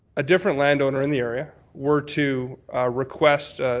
a different landowner in the area were to request